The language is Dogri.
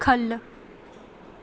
ख'ल्ल